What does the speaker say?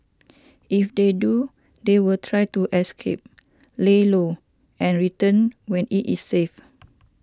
if they do they will try to escape lay low and return when it is safe